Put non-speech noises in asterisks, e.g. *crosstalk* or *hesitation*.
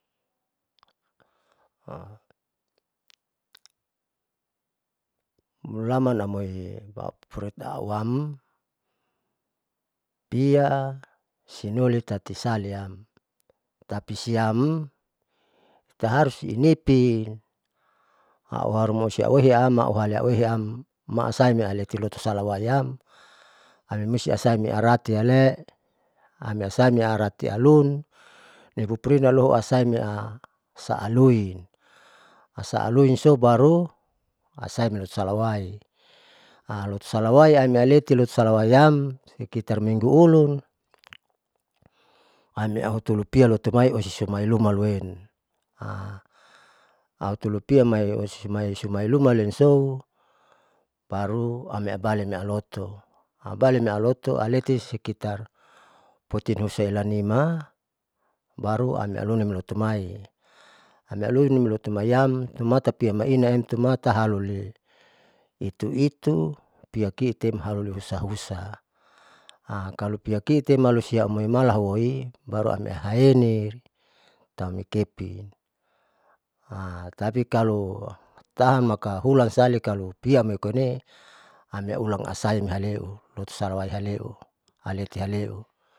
*hesitation* mulaman amoi aupuproi tauam pia sinoli tati salaam tapi siam, itaharus tiniti auharuma osiauwoi itaisisam maauhali auehiam maasemahuoisiam au ali auholisiam maasaem tilotu salawaiam ami musti asaite aratile amiasan niarati alun nipupurina loasaime a a luin asa aluin sobaru asain moilotu salawai, *hesitation* lotu salawai iamleti lotu salawaiam ikitar minggu ulun ami auhutulupia hutumai usisumailua maluen *hesitation* autulupia mai osimailuman lenso baru amianbali amoto *hesitation* baliteamoto aleti sikitar potunhukaesa nima baru amialuin lotumai, amialoin lutumai am umatati piamaina emte mata haluli itu itu pia kiitem alu hus husa *hesitation* kalo piakitem malusia hoimala hauoi baru amihaeini tam kepin *hesitation* tapi kalo tahan maka hulan sali pimi koine ani aulang kasain nihaleu lutusalawai haleu haleti haleu.